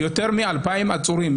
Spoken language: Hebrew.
יותר מ-2,000 עצורים,